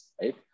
right